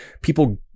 people